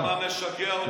אתה יודע מה משגע אותי?